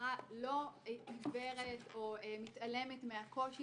השרה לא עיוורת או מתעלמת מהקושי